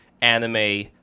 anime